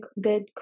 good